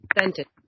sentence